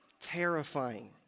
terrifying